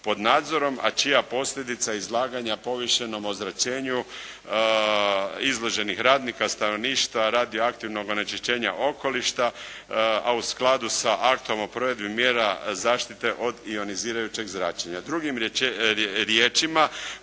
a čija posljedica izlaganja povišenom ozračenju izloženih radnika, stanovništva, radioaktivnog onečišćenja okoliša, a u skladu s aktom o provedbi mjera zaštite od ionizirajućeg zračenja.